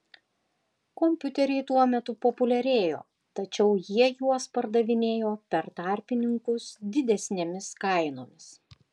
kompiuteriai tuo metu populiarėjo tačiau jie juos pardavinėjo per tarpininkus didesnėmis kainomis